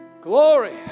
glory